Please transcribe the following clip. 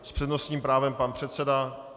S přednostním právem pan předseda.